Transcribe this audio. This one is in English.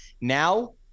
Now